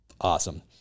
Awesome